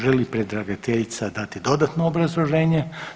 Želi li predlagateljica dati dodatno obrazloženje?